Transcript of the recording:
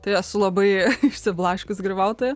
tai esu labai išsiblaškius grybautoja